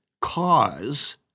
cause